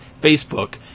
Facebook